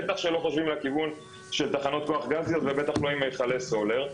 בטח שלא חושבים לכיוון של תחנות כוח גזיות ובטח לא עם מכלי סולר,